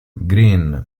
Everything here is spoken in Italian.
green